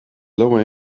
lower